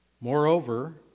Moreover